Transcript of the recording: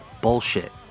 Bullshit